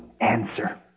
answer